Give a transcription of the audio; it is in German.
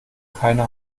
keine